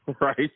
right